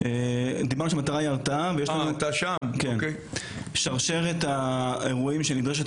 דיברנו שהמטרה היא הרתעה ויש לנו שרשרת האירועים שנדרשת